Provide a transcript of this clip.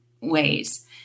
ways